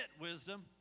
wisdom